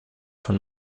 von